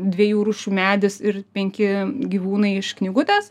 dviejų rūšių medis ir penki gyvūnai iš knygutės